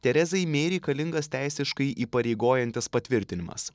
terezai mei reikalingas teisiškai įpareigojantis patvirtinimas